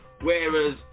whereas